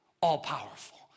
all-powerful